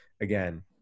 again